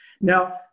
Now